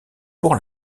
pour